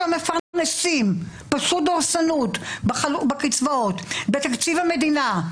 פשוט דורסנות בקצבאות, בתקציב המדינה.